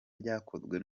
ryakozwe